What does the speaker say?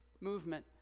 movement